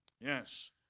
Yes